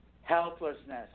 helplessness